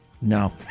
No